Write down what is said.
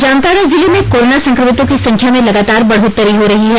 जामताड़ा जिले में कोरोना संक्रमितों की संख्या में लगातार बढ़ोतरी हो रही है